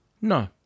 No